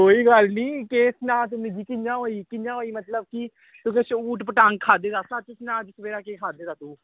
केह् गल्ल सना तू मिगी कियां होई कियां होई मतलब कुछ ऊट पटांग खाद्धे दा सच्च सना केह् खाद्धे दा सबैह्रे दा तू